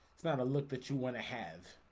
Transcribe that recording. it's not a look that you want to have